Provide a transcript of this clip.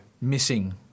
missing